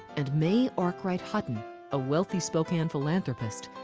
and may arkwright hutton a wealthy spokane philanthropist,